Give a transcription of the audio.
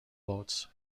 boats